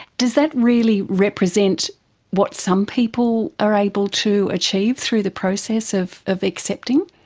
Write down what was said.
does that really represent what some people are able to achieve through the process of of accepting?